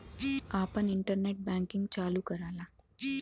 आपन internet banking चालू कराला